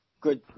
good